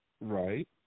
Right